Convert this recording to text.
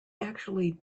actually